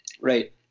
Right